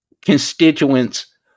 constituents